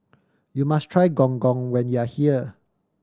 you must try Gong Gong when you are here